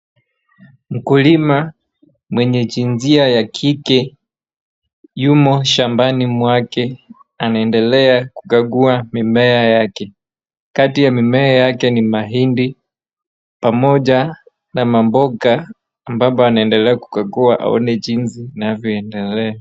Mkulima mwenye jinsia ya kike, yumo shambani mwake, anaendelea kukagua mimea yake, kati ya mimea yake ni mahindi, pamoja na mamboga ambapo anaendelea kukagua aone jinsi ambavyo inaendelea.